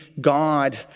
God